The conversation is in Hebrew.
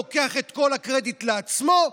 לוקח את כל הקרדיט לעצמו,